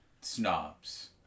snobs